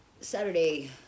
Saturday